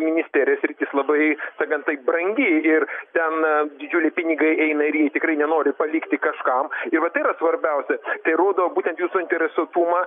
ministerijos sritis labai sakant tai brangi ir ten didžiuliai pinigai eina ir jį tikrai nenori palikti kažkam ir vat tai yra svarbiausia tai rodo būtent jų suinteresuotumą